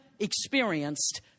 experienced